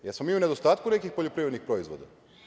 Jesmo li mi u nedostatku nekih poljoprivrednih proizvoda?